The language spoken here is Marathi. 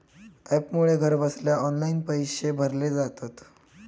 ॲपमुळे घरबसल्या ऑनलाईन पैशे भरले जातत